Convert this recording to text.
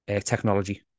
technology